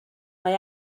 mae